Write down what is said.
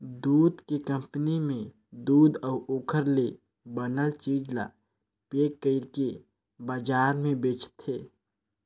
दूद के कंपनी में दूद अउ ओखर ले बनल चीज ल पेक कइरके बजार में बेचथे